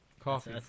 coffee